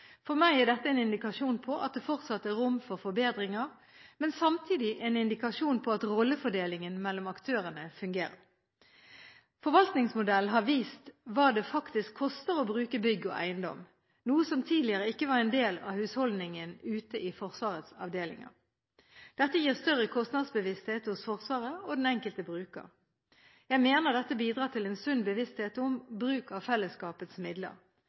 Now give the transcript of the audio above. For meg er dette en indikasjon på at det fortsatt er rom for forbedringer, men samtidig en indikasjon på at rollefordelingen mellom aktørene fungerer. Forvaltningsmodellen har vist hva det faktisk koster å bruke bygg og eiendom, noe som tidligere ikke var en del av husholdningen ute i Forsvarets avdelinger. Dette gir større kostnadsbevissthet hos Forsvaret og den enkelte bruker. Jeg mener dette bidrar til en sunn bevissthet om bruk av felleskapets midler.